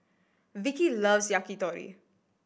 Vikki loves Yakitori